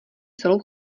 celou